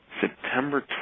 September